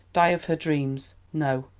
die of her dreams! no,